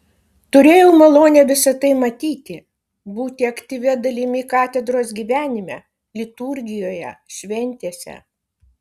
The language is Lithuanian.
turėjau malonę visa tai matyti būti aktyvia dalimi katedros gyvenime liturgijoje šventėse